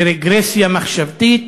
ברגרסיה מחשבתית,